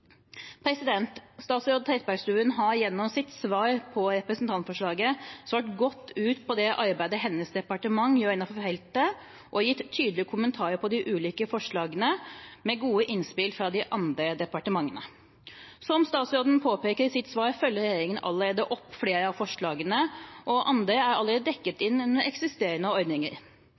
Statsråd Trettebergstuen har gjennom sitt svar på representantforslaget godt svart ut det arbeidet hennes departement gjør innenfor feltet, og gitt tydelige kommentarer på de ulike forslagene, med gode innspill fra de andre departementene. Som statsråden påpeker i sitt svar, følger regjeringen allerede opp flere av forslagene, og andre er allerede dekket under eksisterende ordninger.